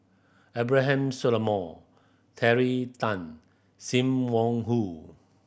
Abraham Solomon Terry Tan Sim Wong Hoo